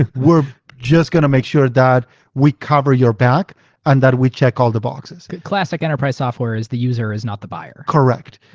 and just going to make sure that we cover your back and that we check all the boxes. classic enterprise software is the user is not the buyer. correct.